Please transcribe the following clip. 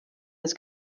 des